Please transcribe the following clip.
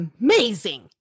amazing